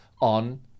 on